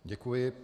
Děkuji.